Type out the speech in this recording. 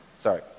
Sorry